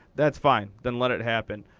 that's fine. then let it happen.